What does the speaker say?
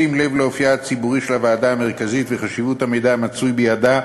בשים לב לאופייה הציבורי של הוועדה המרכזית ולחשיבות המידע המצוי בידה,